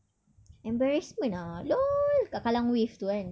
embarrassment lah lol kat kallang wave tu kan